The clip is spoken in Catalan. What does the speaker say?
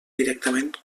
directament